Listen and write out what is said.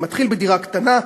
מתחיל בדירה קטנה,